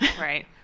Right